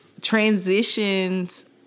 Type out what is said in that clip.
transitions